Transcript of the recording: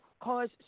cause